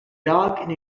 dog